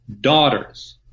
daughters